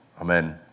amen